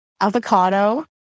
avocado